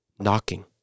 knocking